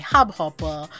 Hubhopper